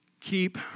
Keep